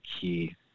key